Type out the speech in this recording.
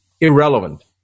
irrelevant